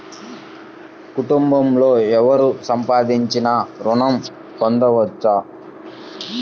కుటుంబంలో ఎవరు సంపాదించినా ఋణం పొందవచ్చా?